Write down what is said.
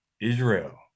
Israel